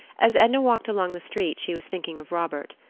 as edna walked along the street she was thinking of robert.